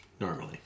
Normally